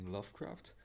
Lovecraft